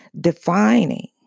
defining